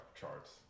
charts